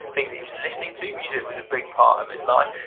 things that he was listening to, music was a big part of his life,